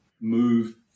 move